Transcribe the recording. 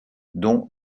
dont